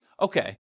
okay